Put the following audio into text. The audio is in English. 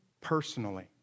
personally